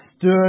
Stood